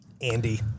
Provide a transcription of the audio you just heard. Andy